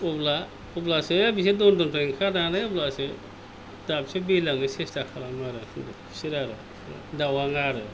अब्ला अब्लासो बिसोरो दन्दरनिफ्राय ओंखारनानै अब्लासो दाबसे बिरलांनो सेस्था खालामो आरो बिसोर आरो दावाङा आरो